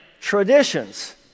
traditions